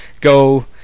go